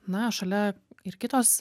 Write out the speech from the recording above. na šalia ir kitos